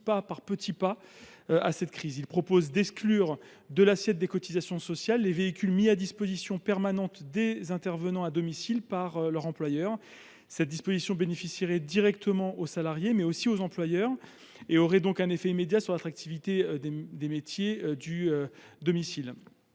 pas pour répondre à cette crise. Nous proposons d’exclure de l’assiette des cotisations sociales les véhicules mis à la disposition permanente des intervenants à domicile par leur employeur. Cette disposition bénéficierait directement aux salariés, ainsi qu’aux employeurs, et aurait donc un effet immédiat sur l’attractivité des métiers de l’aide